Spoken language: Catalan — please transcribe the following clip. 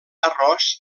arròs